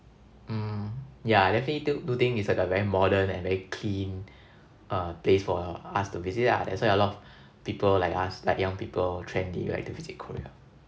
mm yeah definitely do do think it's like a very modern and very clean uh place for us to visit lah that's why a lot of people like us like young people trendy like to visit Korea